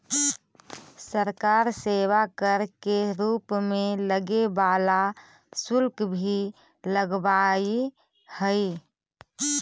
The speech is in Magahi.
सरकार सेवा कर के रूप में लगे वाला शुल्क भी लगावऽ हई